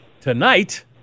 tonight